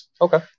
Okay